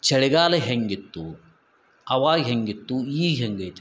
ಚಳಿಗಾಲ ಹೇಗಿತ್ತು ಅವಾಗ ಹೇಗಿತ್ತು ಈಗ ಹೆಂಗೆ ಐತಿ